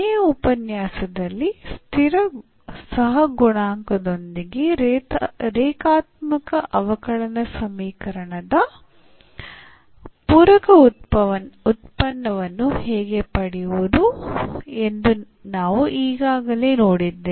ಕೊನೆಯ ಉಪನ್ಯಾಸದಲ್ಲಿ ಸ್ಥಿರ ಸಹಗುಣಾಂಕದೊಂದಿಗೆ ರೇಖಾತ್ಮಕ ಅವಕಲನ ಸಮೀಕರಣದ ಪೂರಕ ಉತ್ಪನ್ನವನ್ನು ಹೇಗೆ ಪಡೆಯುವುದು ಎಂದು ನಾವು ಈಗಾಗಲೇ ನೋಡಿದ್ದೇವೆ